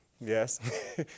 Yes